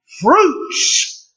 fruits